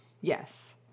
Yes